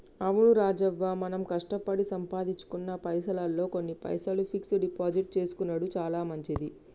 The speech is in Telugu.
అవును రాజవ్వ మనం కష్టపడి సంపాదించుకున్న పైసల్లో కొన్ని పైసలు ఫిక్స్ డిపాజిట్ చేసుకొనెడు చాలా మంచిది